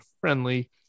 friendly